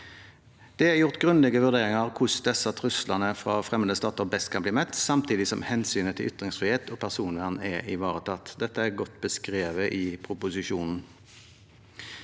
Det er gjort grundige vurderinger av hvordan disse truslene fra fremmede stater best kan bli møtt, samtidig som hensynet til ytringsfrihet og personvern er ivaretatt. Dette er godt beskrevet i proposisjonen.